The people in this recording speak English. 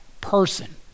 person